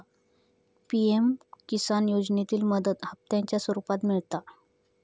PM Kisan योजनेतली मदत हप्त्यांच्या स्वरुपात मिळता